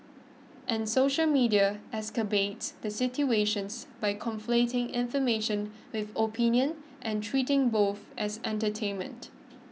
and social media the situations by conflating information with opinion and treating both as entertainment